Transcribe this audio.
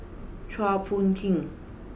Chua Phung Kim